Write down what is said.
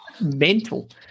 mental